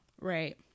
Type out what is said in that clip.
right